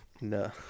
No